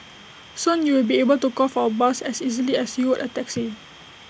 soon you will be able to call for A bus as easily as you would A taxi